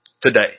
today